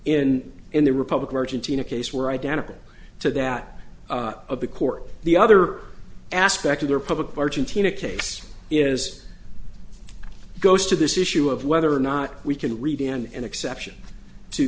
in in the republican argentina case were identical to that of the court the other aspect of their public argentina case is goes to this issue of whether or not we can read and exception to